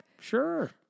Sure